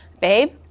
babe